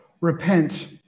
repent